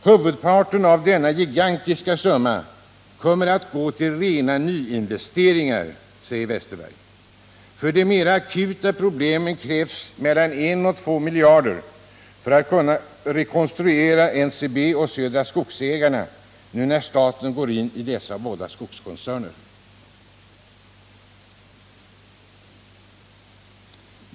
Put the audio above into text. Huvudparten av denna gigantiska summa kommer att gå till rena nyinvesteringar, säger Bengt Westerberg. För de mera akuta problemen krävs mellan en och två miljarder för att kunna rekonstruera NCB och Södra Skogsägarna nu när staten går in i dessa båda skogskoncerner.